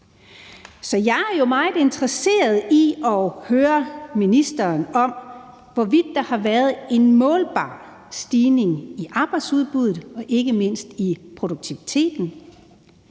Så jeg er jo meget interesseret i at høre ministeren om, hvorvidt der har været en målbar stigning i arbejdsudbuddet og ikke mindst i produktiviteten: